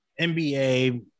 NBA